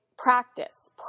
Practice